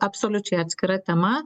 absoliučiai atskira tema